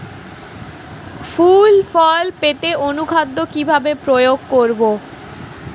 ফুল ফল পেতে অনুখাদ্য কিভাবে প্রয়োগ করব?